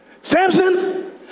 Samson